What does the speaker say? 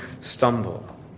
stumble